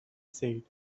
said